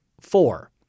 four